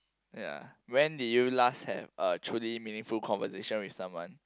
ya when did you last have a truly meaningful conversation with someone